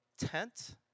tent